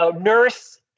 nurse